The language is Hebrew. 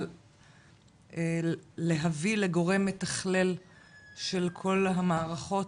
על להביא לגורם מתחלל של כל המערכות,